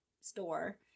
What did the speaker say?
store